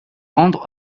rendre